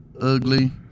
Ugly